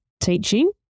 teaching